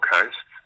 Coast